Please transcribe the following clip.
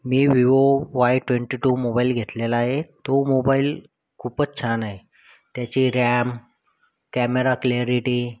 मी Vivo Y twenty two mobile घेतलेला आहे तो मोबाईल खूपच छान आहे त्याची रॅम कॅमेरा क्लियारीटी